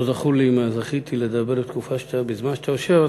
לא זכור לי אם זכיתי לדבר בזמן שאתה יושב.